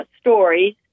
stories